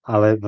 Ale